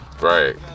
Right